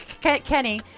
Kenny